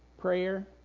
prayer